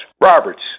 Roberts